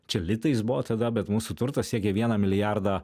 čia litais buvo tada bet mūsų turtas siekė vieną milijardą